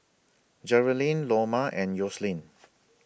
Jerilynn Loma and Yoselin